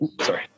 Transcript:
sorry